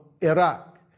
Iraq